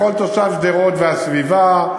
לכל תושבי שדרות והסביבה.